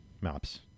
maps